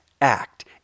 act